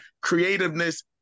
creativeness